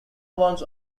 ones